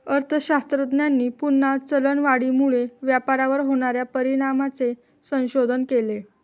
अर्थशास्त्रज्ञांनी पुन्हा चलनवाढीमुळे व्यापारावर होणार्या परिणामांचे संशोधन केले